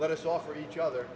let us offer each other